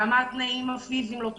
למה התנאים הפיזיים לא טובים,